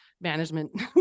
management